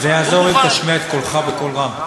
זה יעזור אם תשמיע את קולך בקול רם.